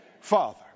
father